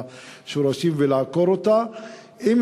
לעקור אותה מהשורשים,